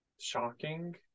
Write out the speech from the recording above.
shocking